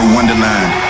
Wonderland